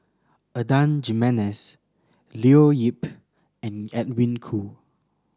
Adan Jimenez Leo Yip and Edwin Koo